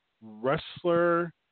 wrestler